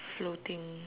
floating